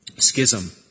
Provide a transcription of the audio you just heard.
Schism